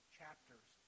chapters